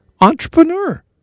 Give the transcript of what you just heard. entrepreneur